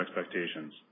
expectations